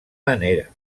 manera